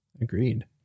Agreed